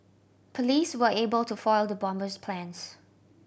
police were able to foil the bomber's plans